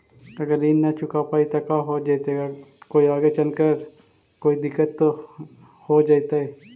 अगर ऋण न चुका पाई न का हो जयती, कोई आगे चलकर कोई दिलत हो जयती?